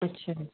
अच्छा